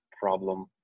problem